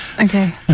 okay